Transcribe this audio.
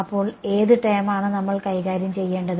അപ്പോൾ ഏത് ടേമാണ് നമ്മൾ കൈകാര്യം ചെയ്യേണ്ടത്